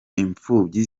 imfubyi